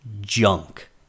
junk